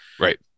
Right